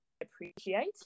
appreciate